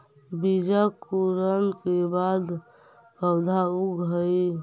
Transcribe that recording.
बीजांकुरण के बाद पौधा उगऽ हइ